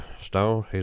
Stone